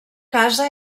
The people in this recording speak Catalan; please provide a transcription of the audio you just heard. casa